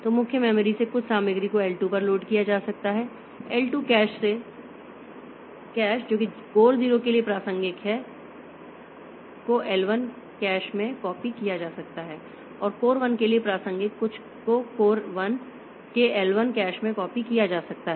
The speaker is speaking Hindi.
तो मुख्य मेमोरी से कुछ सामग्री को एल 2 पर लोड किया जा सकता है एल 2 कैश से कैश जो कि कोर 0 के लिए प्रासंगिक है को एल 1 कैश में कॉपी किया जा सकता है और कोर 1 के लिए प्रासंगिक कुछ को कोर 1 के एल 1 कैश में कॉपी किया जा सकता है